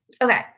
Okay